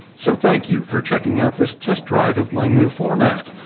so thank you for checking out this test drive of my new format!